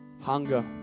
Hunger